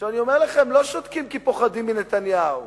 אני אומר לכם, לא שותקים כי פוחדים מנתניהו